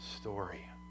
story